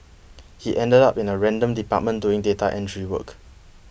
he ended up in a random department doing data entry work